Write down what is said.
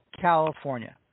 California